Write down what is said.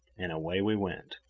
and away we went.